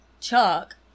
Chuck